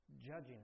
judging